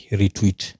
retweet